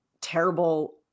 terrible